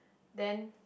then